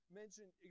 mentioned